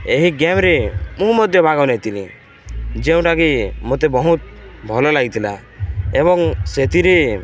ଏହି ଗେମ୍ରେ ମୁଁ ମଧ୍ୟ ଭାଗ ନେଇଥିଲି ଯେଉଁଟାକି ମୋତେ ବହୁତ ଭଲ ଲାଗିଥିଲା ଏବଂ ସେଥିରେ